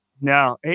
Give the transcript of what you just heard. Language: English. No